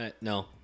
No